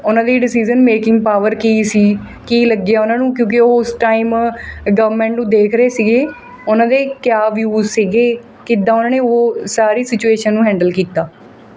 ਉਹਨਾਂ ਦੀ decision making power ਕੀ ਸੀ ਕੀ ਲੱਗਿਆ ਉਹਨਾਂ ਨੂੰ ਕਿਉਂਕਿ ਉਹ ਉਸ ਟਾਈਮ ਗਵਰਮੈਂਟ ਨੂੰ ਦੇਖ ਰਹੇ ਸੀਗੇ ਉਹਨਾਂ ਦੇ ਕਿਆ ਵਿਊਜ਼ ਸੀਗੇ ਕਿੱਦਾਂ ਉਹਨਾਂ ਨੇ ਉਹ ਸਾਰੀ ਸਿਚੁਏਸ਼ਨ ਨੂੰ ਹੈਂਡਲ ਕੀਤਾ